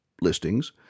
listings